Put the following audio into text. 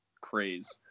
craze